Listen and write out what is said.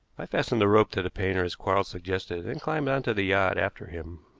i fastened the rope to the painter as quarles suggested, and climbed on to the yacht after him.